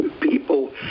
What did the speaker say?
people